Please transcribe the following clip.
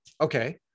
okay